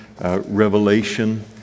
Revelation